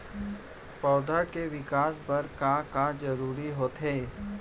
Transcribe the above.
पौधे के विकास बर का का जरूरी होथे?